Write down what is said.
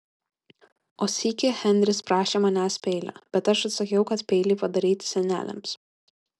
o sykį henris prašė manęs peilio bet aš atsakiau kad peiliai padaryti seneliams